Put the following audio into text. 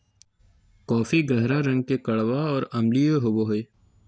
coffee गहरा रंग के कड़वा और अम्लीय होबो हइ